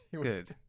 good